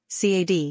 CAD